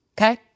Okay